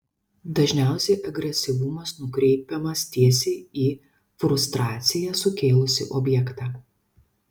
dažniausiai agresyvumas nukreipiamas tiesiai į frustraciją sukėlusį objektą